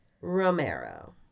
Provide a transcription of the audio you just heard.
Romero